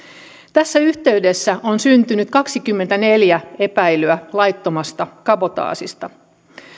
tässä yhteydessä on syntynyt kaksikymmentäneljä epäilyä laittomasta kabotaasista